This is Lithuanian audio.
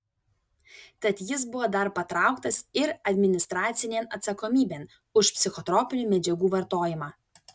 tad jis buvo dar patrauktas ir administracinėn atsakomybėn už psichotropinių medžiagų vartojimą